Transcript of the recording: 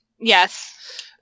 Yes